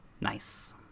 Nice